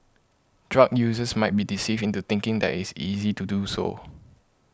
drug users might be deceived into thinking that is easy to do so